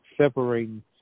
separating